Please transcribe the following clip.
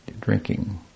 drinking